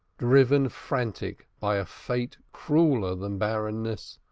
driven frantic by a fate crueller than barrenness,